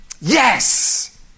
yes